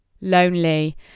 lonely